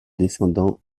descendants